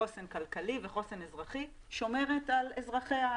חוסן כלכלי וחוסן אזרחי שומרת על אזרחיה,